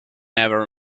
ever